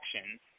actions